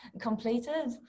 completed